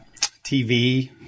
TV